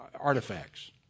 artifacts